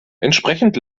entsprechend